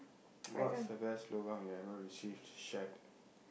what's the best lobang you ever received shared